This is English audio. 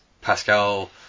Pascal